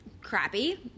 crappy